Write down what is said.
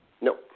No